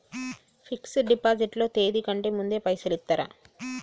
Fix డ్ deposit లో తేది కంటే ముందే పైసలు ఇత్తరా?